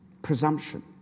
Presumption